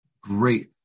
Great